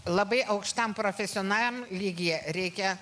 labai aukštam profesionalų lygyje reikia